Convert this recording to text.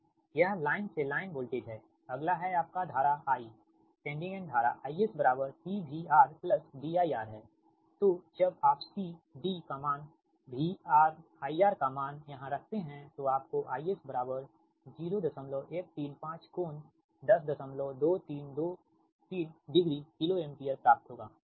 यह लाइन से line voltage है अगला है आपका धारा I सेंडिंग एंड धारा IS CVR D IR हैतो जब आप C D का मान VR IR का मान यहाँ रखते है तो आपको IS बराबर 0135 कोण 102323 डिग्री किलो एम्पीयर प्राप्त होगा ठीक है